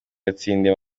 yatsindiye